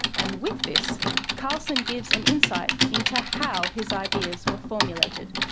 and with this carlson gives an insight into how his ideas were formulated.